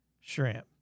shrimp